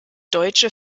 deutsche